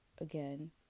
Again